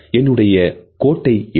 என்னுடைய கோட்டை எடு